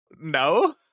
No